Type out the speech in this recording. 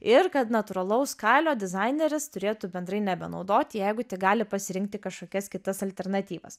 ir kad natūralaus kailio dizaineris turėtų bendrai nebenaudoti jeigu tik gali pasirinkti kažkokias kitas alternatyvas